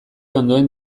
ondoen